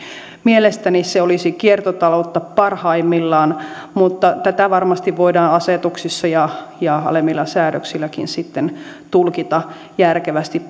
mielestäni se olisi kiertotaloutta parhaimmillaan mutta tätä varmasti voidaan asetuksissa ja ja alemmilla säädöksilläkin sitten tulkita järkevästi